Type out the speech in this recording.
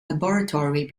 laboratory